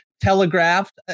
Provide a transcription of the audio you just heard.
telegraphed